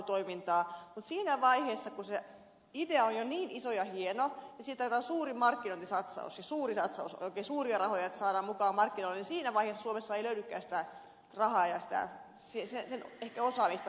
mutta siinä vaiheessa kun se idea on jo niin iso ja hieno että siihen tarvittaisiin suuri markkinointisatsaus ja oikein suuria rahoja että saadaan mukaan markkinointi niin siinä vaiheessa suomessa ei löydykään sitä rahaa ja sitä osaamista ei ehkä myöskään